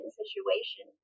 situation